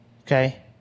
Okay